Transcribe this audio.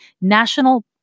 National